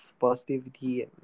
positivity